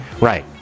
Right